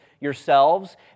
yourselves